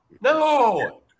No